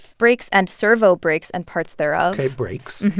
brakes and servo brakes and parts thereof. ok, brakes.